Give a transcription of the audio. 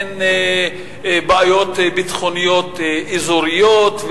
אין בעיות ביטחוניות אזוריות,